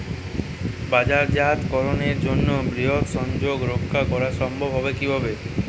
বাজারজাতকরণের জন্য বৃহৎ সংযোগ রক্ষা করা সম্ভব হবে কিভাবে?